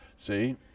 See